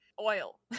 oil